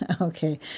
okay